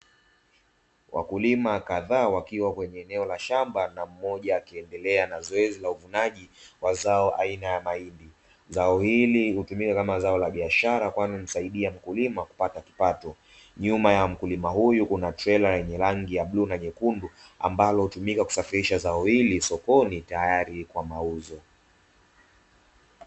Wakulima kadhaa wakiwa kwenye eneo la shamba na mmoja akiendelea na zoezi la uvunaji wa zao aina ya mahindi, zao hili hutumika kama zao la biashara kwani humsaidia mkulima kupata kipato, nyuma ya mkulima huyu kuna trela yenye rangi ya bluu na nyekundu ambalo hutumika kusafirisha zao hili sokoni tayari kwa mauzo.